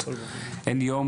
אין יום,